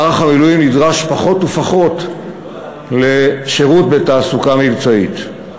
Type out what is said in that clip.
מערך המילואים נדרש פחות ופחות לשירות בתעסוקה מבצעית.